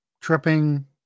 tripping